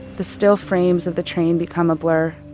the still frames of the train become a blur.